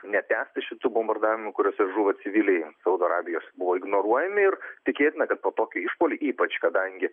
netęsti šitų bombardavimų kuriuose žuvo civiliai saudo arabijos buvo ignoruojami ir tikėtina kad tokie išpuoliai ypač kadangi